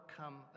come